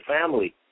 family